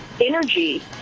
Energy